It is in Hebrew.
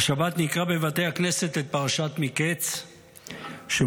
השבת נקרא בבתי הכנסת את פרשת מקץ שמובילה